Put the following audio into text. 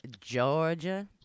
Georgia